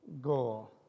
goal